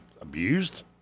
Abused